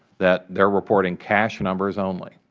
that they are reporting cash numbers only.